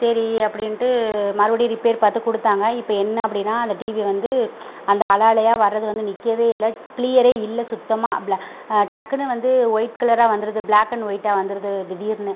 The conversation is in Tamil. சரி அப்படின்ட்டு மறுபடியும் ரிப்பேர் பார்த்து கொடுத்தாங்க இப்போ என்ன அப்படினா அந்த டிவி வந்து அந்த அலை அலையாக வரது வந்து நிற்கவே இல்லை க்ளியரே இல்லை சுத்தமாக ப்ள டக்குனு வந்து ஒயிட் கலராக வந்துடுது ப்ளாக் அண்ட் ஒயிட்டாக வந்துடுது திடீர்னு